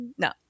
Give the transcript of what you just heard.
No